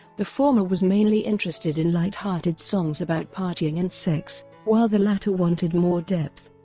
the former was mainly interested in lighthearted songs about partying and sex, while the latter wanted more depth.